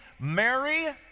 Mary